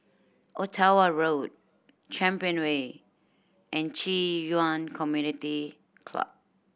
Ottawa Road Champion Way and Ci Yuan Community Club